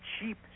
cheap